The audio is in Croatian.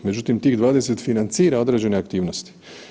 Međutim, tih 20 financira određene aktivnosti.